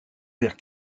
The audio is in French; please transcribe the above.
vers